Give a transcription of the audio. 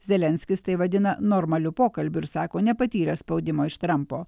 zelenskis tai vadina normaliu pokalbiu ir sako nepatyręs spaudimo iš trampo